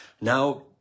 Now